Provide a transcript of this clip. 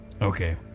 Okay